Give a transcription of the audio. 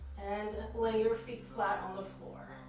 and lay your feet flat on the floor.